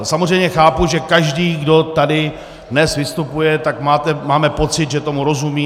Samozřejmě chápu, že každý, kdo tady dnes vystupuje, tak máme pocit, že tomu rozumí, atd. atd.